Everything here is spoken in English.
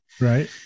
right